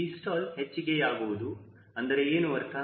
𝑉stall ಹೆಚ್ಚಿಗೆ ಯಾಗುವುದು ಅಂದರೆ ಏನು ಅರ್ಥ